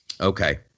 okay